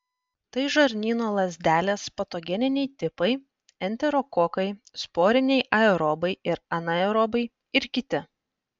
tai žarnyno lazdelės patogeniniai tipai enterokokai sporiniai aerobai ir anaerobai ir kiti